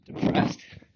depressed